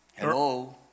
Hello